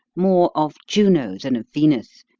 more of juno than of venus,